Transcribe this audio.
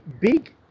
big